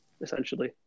essentially